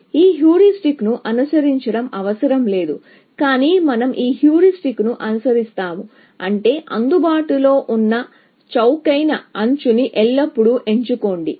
ఈ హ్యూరిస్టిక్ను అనుసరించడం అవసరం లేదు కాని మనం ఈ హ్యూరిస్టిక్ను అనుసరిస్తాము అంటే అందుబాటులో ఉన్న చౌకైన ఎడ్జ్ ని ఎల్లప్పుడూ ఎంచుకోవచ్చు